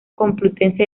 complutense